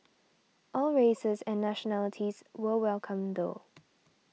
all races and nationalities were welcome though